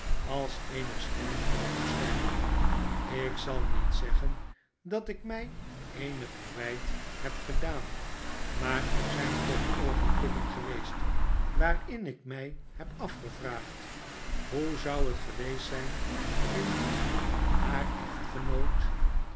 als eene stemme in de woestyn ik zal niet zeggen dat ik my eenig verwyt heb gedaan maar er zyn toch oogenblikken geweest waarin ik mij neb afgevraagd hoe zou het geweest zyn indien haar echtgenoot